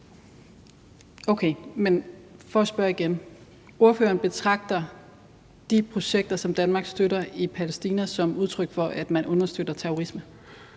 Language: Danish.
ordføreren betragter Danmarks støtte til visse projekter i Palæstina som udtryk for, at man understøtter terrorisme?